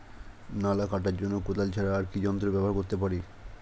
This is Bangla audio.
নালা কাটার জন্য কোদাল ছাড়া আর কি যন্ত্র ব্যবহার করতে পারি?